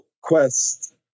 quest